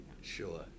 Sure